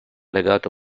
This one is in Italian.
legato